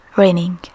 raining